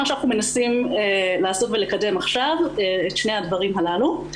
מה שאנחנו מנסים לעשות ולקדם עכשיו את שני הדברים הללו.